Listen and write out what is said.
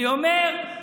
אני אומר,